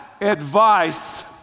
advice